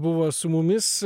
buvo su mumis